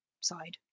side